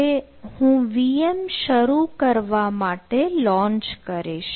હવે હું VM શરૂ કરવા માટે લોન્ચ કરીશ